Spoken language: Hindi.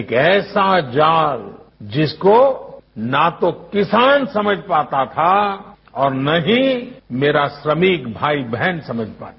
एक ऐसा जाल जिसको न तो किसान समझ पाता था और न ही मेरे श्रमिक भाई बहन समझ पाते